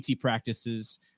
practices